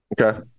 Okay